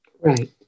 Right